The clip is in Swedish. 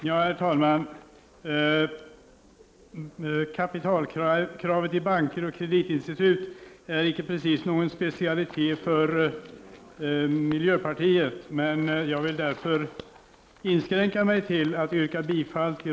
Herr talman! Kapitalkravet i banker och kreditinstitut är inte precis någon specialitet för miljöpartiet. Jag vill därför inskränka mig till att yrka bifall till